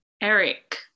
Eric